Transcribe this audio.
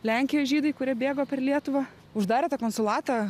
lenkijos žydai kurie bėgo per lietuvą uždarė tą konsulatą